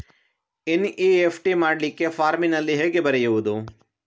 NEFT ಮಾಡ್ಲಿಕ್ಕೆ ಫಾರ್ಮಿನಲ್ಲಿ ಹೇಗೆ ಬರೆಯುವುದು?